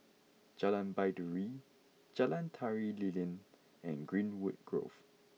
Jalan Baiduri Jalan Tari Lilin and Greenwood Grove